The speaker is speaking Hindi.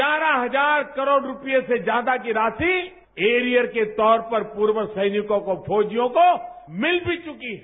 ग्यारह हजार करोड़ रूपये से ज्यादा की राशि एरियर के तौर पर पूर्व सैनिकों को फौजियों को मिल भी चुकी है